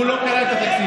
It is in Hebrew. הוא לא קרא את התקציב.